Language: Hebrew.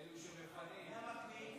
אלה שמפנים.